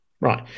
Right